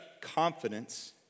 confidence